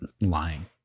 lying